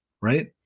right